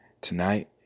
Tonight